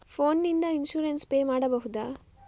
Phone ನಿಂದ insurance pay ಮಾಡಬಹುದ?